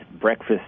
breakfast